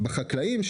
בחקלאים,